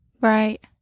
right